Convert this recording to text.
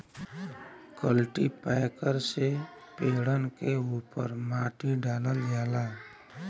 cultipacker से पेड़न के उपर माटी डालल जाला